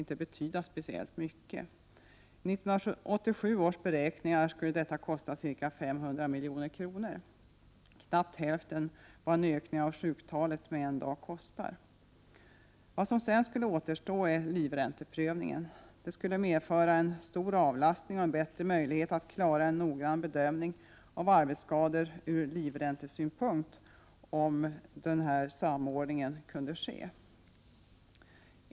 Enligt 1987 års beräkningar skulle detta kosta ca 500 milj.kr., knappt hälften av vad en ökning av sjuktalet med en dag kostar. Det som sedan skulle återstå var livränteprövningen. Det skulle medföra en stor avlastning och en bättre möjlighet att klara en noggrann bedömning av arbetsskador ur livräntesynpunkt om samordningen kunde ske.